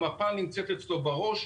המפה נמצאת אצלו בראש,